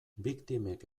biktimek